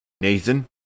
Nathan